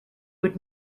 would